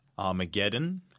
Armageddon